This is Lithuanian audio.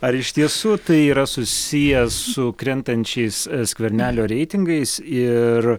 ar iš tiesų tai yra susiję su krentančiais skvernelio reitingais ir